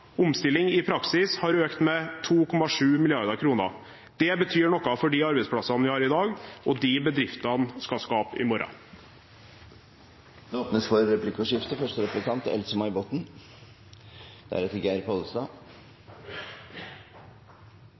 omstilling i praksis – har økt med 2,7 mrd. kr. Det betyr noe for de arbeidsplassene vi har i dag, og de som bedriftene skal skape i morgen. Det åpnes for replikkordskifte. Sjøfolk, skipsoffiserer og maskinister er